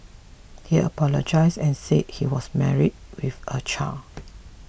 he apologise and say he was married with a child